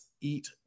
eat